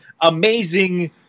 amazing